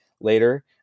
later